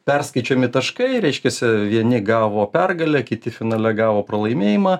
perskaičiuojami taškai reiškiasi vieni gavo pergalę kiti finale gavo pralaimėjimą